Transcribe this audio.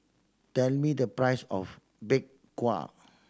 tell me the price of Bak Kwa